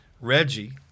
Reggie